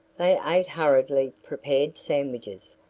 they ate hurriedly-prepared sandwiches,